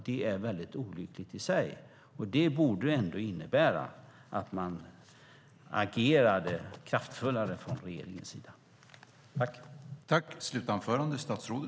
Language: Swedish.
Det är olyckligt och borde innebära att regeringen agerar kraftfullare.